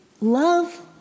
Love